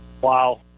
Wow